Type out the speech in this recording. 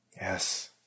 Yes